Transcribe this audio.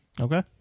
okay